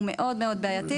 הוא מאוד מאוד בעייתי.